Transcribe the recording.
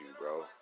bro